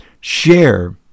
share